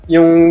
Yung